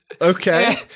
Okay